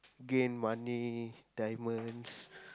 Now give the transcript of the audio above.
gain money diamonds